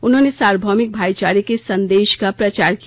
उन्होंने सार्वभौमिक भाईचारे के संदेश का प्रचार किया